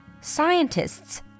scientists